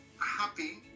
happy